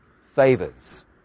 favors